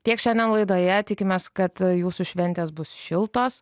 tiek šiandien laidoje tikimės kad jūsų šventės bus šiltos